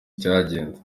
cyagenze